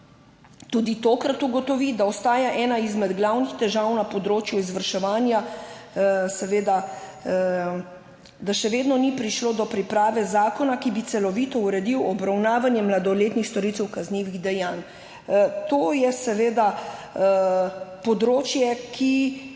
tudi tokrat ugotovi, da ostaja ena izmed glavnih težav na področju izvrševanja, da še vedno ni prišlo do priprave zakona, ki bi celovito uredil obravnavanje mladoletnih storilcev kaznivih dejanj. To je seveda področje, ki